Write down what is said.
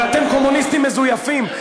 אבל אתם קומוניסטים מזויפים.